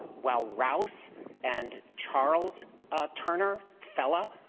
while rouse and charles turner, fella,